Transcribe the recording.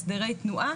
הסדרי תנועה